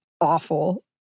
awful